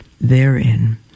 therein